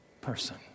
person